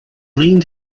leaned